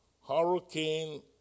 Hurricane